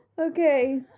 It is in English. okay